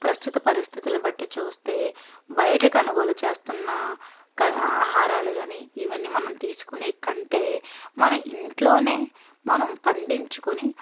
ప్రస్తుత పరిస్థితులని బట్టి చూస్తే బయట కనుగోలు చేస్తున్న ఆహారాలు కానీ ఇవన్నీ మనం తీసుకునే కంటే మన ఇంట్లోనే మనం పండించుకుని